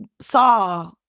saw